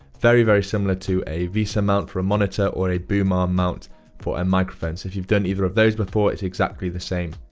very, very similar to a vesa mount for a monitor, or a boom arm um mount for a microphone. so, if you've done either of those before, it's exactly the same.